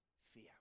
fear